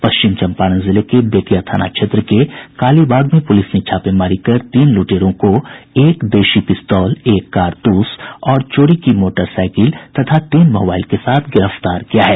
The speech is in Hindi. पश्चिम चम्पारण जिले के बेतिया थाना क्षेत्र के काली बाग में पुलिस ने छापेमारी कर तीन लुटेरों को एक देशी पिस्तौल एक कारतूस चोरी की मोटरसाईकि और तीन मोबाईल के साथ गिरफ्तार किया है